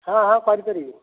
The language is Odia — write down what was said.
ହଁ ହଁ କରିପାରିବି